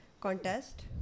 contest